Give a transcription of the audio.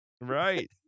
Right